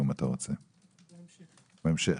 בהמשך?